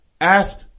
Ask